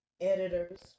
editors